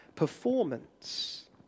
performance